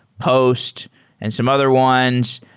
post and some other ones.